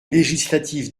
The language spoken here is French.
législatif